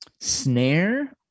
Snare